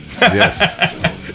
Yes